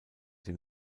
dem